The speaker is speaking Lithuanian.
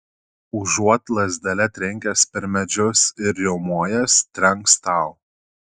užuot lazdele trenkęs per medžius ir riaumojęs trenks tau